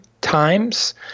times